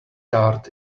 tart